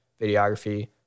videography